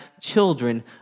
children